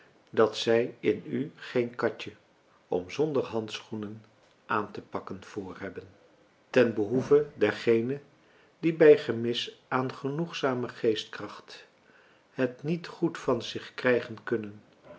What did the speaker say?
dat zij in u geen katje om zonder handschoenen aan te pakken voorhebben françois haverschmidt familie en kennissen ten behoeve dergenen die bij gemis aan genoegzame geestkracht het niet goed van zich krijgen kunnen